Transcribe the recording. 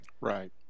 right